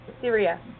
Syria